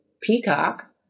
Peacock